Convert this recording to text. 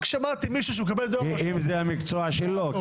אם זה המקצוע שלו,